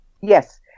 Yes